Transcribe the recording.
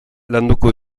landuko